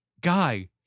guy